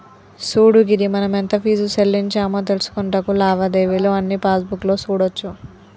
సూడు గిరి మనం ఎంత ఫీజు సెల్లించామో తెలుసుకొనుటకు లావాదేవీలు అన్నీ పాస్బుక్ లో సూడోచ్చు